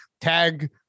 tag